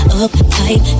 uptight